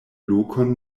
lokon